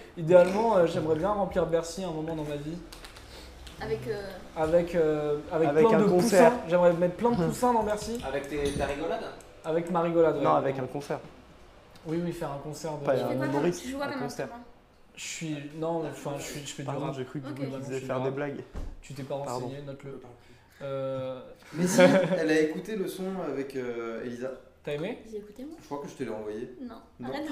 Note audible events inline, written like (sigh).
Idéalement, euh, j'aimerais bien remplir Bercy un moment dans ma vie. Avec, euh, Avec, euh, avec Avec plein un de concert. poussins. J'aimerais mettre plein de poussins Hum. dans Bercy. Avec tes- ta rigolade ? Avec ma rigolade, ouais. Non, Non. avec un concert. Oui, oui, faire un concert de- Pas Tu un fais pas comme- humoriste, tu joues à un concert. un concert ? Je suis- non, enfin, je suis- je fais du Pardon, rap. j'ai cru que vous Ok. Globalement, disiez je fais du faire des rap. blagues. Tu t'es pas Pardon. renseigné, note-le. Euh, (laughs) Mais si, elle a écouté le son avec, euh, Elisa. T'as aimé ? J'ai écouté, moi. Je crois que je te l'ai envoyé. Non. Non. Arrête de me